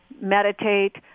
meditate